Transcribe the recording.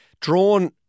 drawn